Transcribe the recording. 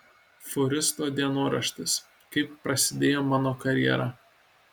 fūristo dienoraštis kaip prasidėjo mano karjera